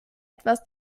etwas